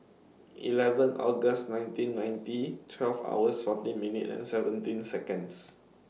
eleven August nineteen ninety twelve hours fourteen minutes and seventeen Seconds